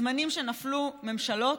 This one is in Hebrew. בזמנים שנפלו ממשלות,